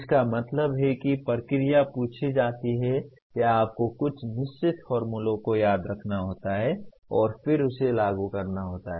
इसका मतलब है कि प्रक्रिया पूछी जाती है या आपको कुछ निश्चित फॉर्मूलों को याद रखना होता है और फिर उसे लागू करना होता है